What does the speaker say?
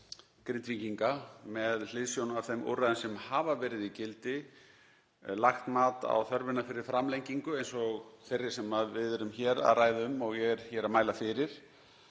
Grindvíkinga með hliðsjón af þeim úrræðum sem hafa verið í gildi, lagt mat á þörfina fyrir framlengingu, eins og þeirri sem við erum hér að ræða um og ég er hér að mæla fyrir,